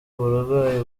uburwayi